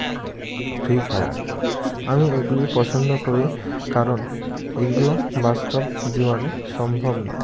free Fire আমি এগুলি পছন্দ করি কারণ এগুলো বাস্তব জীবনে সম্ভব নয়